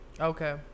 okay